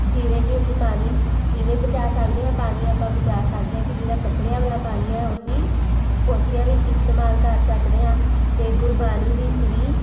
ਜਿਵੇਂ ਕਿ ਅਸੀਂ ਪਾਣੀ ਕਿਵੇਂ ਬਚਾ ਸਕਦੇ ਹਾਂ ਪਾਣੀ ਆਪਾਂ ਬਚਾ ਸਕਦੇ ਹਾਂ ਕਿ ਜਿਹੜਾ ਕੱਪੜਿਆਂ ਵਾਲਾ ਪਾਣੀ ਹੈ ਉਹ ਅਸੀਂ ਪੋਚਿਆ ਵਿੱਚ ਇਸਤੇਮਾਲ ਕਰ ਸਕਦੇ ਹਾਂ ਅਤੇ ਗੁਰਬਾਣੀ ਵਿੱਚ ਵੀ